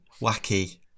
wacky